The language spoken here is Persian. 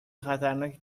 خطرناک